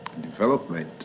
development